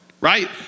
Right